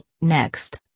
Next